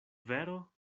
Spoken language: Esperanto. vero